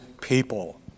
people